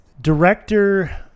director